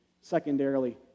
secondarily